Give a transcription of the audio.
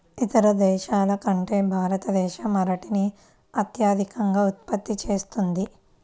ఇతర దేశాల కంటే భారతదేశం అరటిని అత్యధికంగా ఉత్పత్తి చేస్తుంది